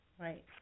Right